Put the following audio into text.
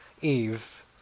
Eve